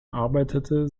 arbeitete